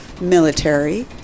military